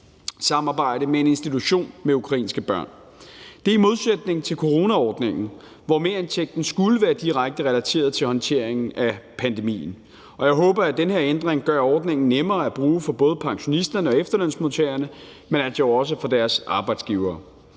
ressourcesamarbejde med en institution med ukrainske børn. Det er i modsætning til coronaordningen, hvor merindtægten skulle være direkte relateret til håndteringen af pandemien. Jeg håber, at den her ændring gør ordningen nemmere at bruge for både pensionisterne og efterlønsmodtagerne, men jo også for deres arbejdsgivere.